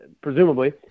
presumably